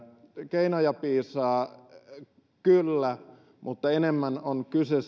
keinoja piisaa kyllä mutta enemmän on kyse